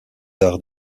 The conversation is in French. arts